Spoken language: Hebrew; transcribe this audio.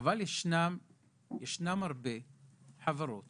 ישנן חברות